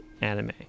anime